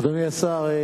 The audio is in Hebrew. אדוני השר,